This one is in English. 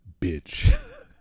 bitch